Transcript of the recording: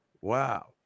Wow